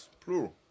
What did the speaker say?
Plural